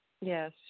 Yes